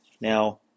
Now